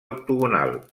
octogonal